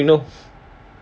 how you know